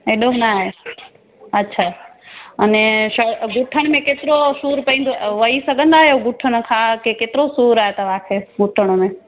हेॾो नाहे अच्छा अने घुटण में केतिरो सूर पईंदो वही सघंदा आहियो घुटण खां केतिरो सूर आहे तव्हांखे घुटण में